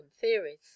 theories